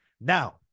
Now